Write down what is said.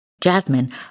Jasmine